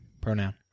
pronoun